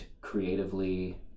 creatively